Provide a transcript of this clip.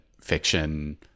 fiction